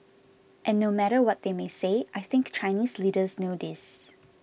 and no matter what they may say I think Chinese leaders know this